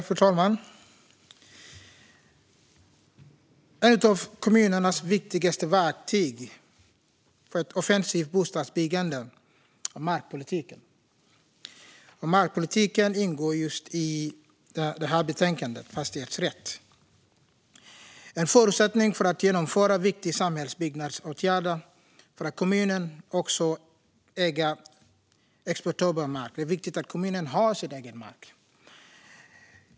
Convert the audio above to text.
Fru talman! Ett av kommunernas viktigaste verktyg för ett offensivt bostadsbyggande är markpolitiken, och markpolitiken behandlas just i det här betänkandet, Fastighetsrätt . En förutsättning för att genomföra viktiga samhällsbyggnadsåtgärder är att kommunen också äger exploaterbar mark.